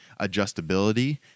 adjustability